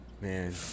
Man